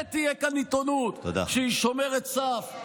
שבאמת תהיה כאן עיתונות שהיא שומרת סף,